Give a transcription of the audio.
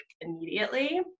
immediately